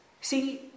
See